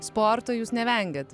sporto jūs nevengiat